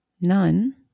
none